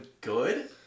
good